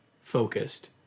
focused